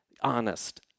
honest